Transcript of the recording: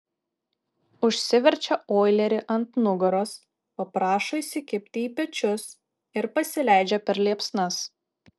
užsiverčia oilerį ant nugaros paprašo įsikibti į pečius ir pasileidžia per liepsnas